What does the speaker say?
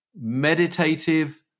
meditative